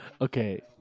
Okay